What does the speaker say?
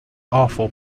awful